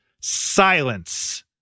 Silence